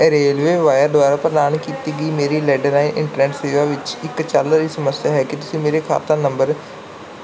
RailWire ਦੁਆਰਾ ਪ੍ਰਦਾਨ ਕੀਤੀ ਗਈ ਮੇਰੀ ਲੈਡਲਾਈਨ ਇੰਟਰਨੈਟ ਸੇਵਾ ਵਿੱਚ ਇੱਕ ਚੱਲ ਰਹੀ ਸਮੱਸਿਆ ਹੈ ਕੀ ਤੁਸੀਂ ਮੇਰੇ ਖਾਤਾ ਨੰਬਰ